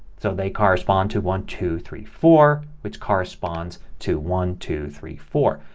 so they correspond to one, two, three, four which corresponds to one, two, three, four.